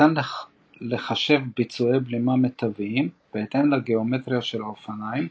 ניתן לחשב ביצועי בלימה מיטביים בהתאם לגאומטריה של האופניים,